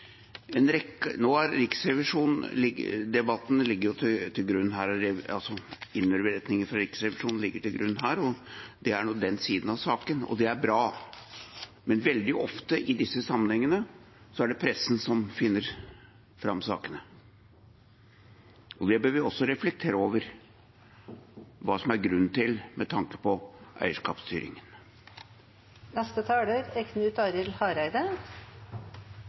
Riksrevisjonen som ligger til grunn for denne debatten – det er nå den siden av saken – og det er bra, men veldig ofte i disse sammenhengene er det pressen som finner fram sakene. Det bør vi også reflektere over hva som er grunnen til, med tanke på